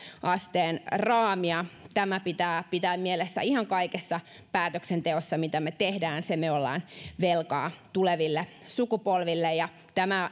asteen raamia tämä pitää pitää mielessä ihan kaikessa päätöksenteossa mitä me teemme sen me olemme velkaa tuleville sukupolville